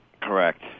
Correct